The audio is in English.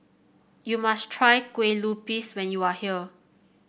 you must try Kue Lupis when you are here